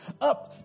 up